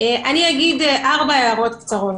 אני אגיד ארבע הערות קצרות.